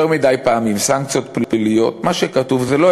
יותר מדי פעמים "סנקציות פליליות" מה שכתוב זה "לא